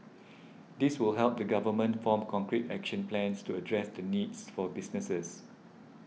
this will help the government form concrete action plans to address the needs for businesses